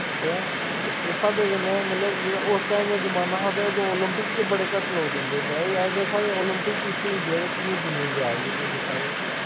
ते इस स्हाबै कन्नै मतलब जेह्ड़ा उस टैम दा जमाना हा ते ओलंपिक च बड़े घट्ट लोक जंदे होंदे अजकल साढ़े ओलंपिक च बी इंडिया च बी किन्नी दुनियां जा दी तुस दिक्खा दे